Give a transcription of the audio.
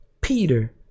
Peter